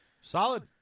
Solid